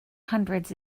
hundreds